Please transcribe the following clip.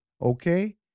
Okay